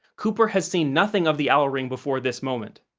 cooper has seen nothing of the owl ring before this moment.